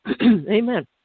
Amen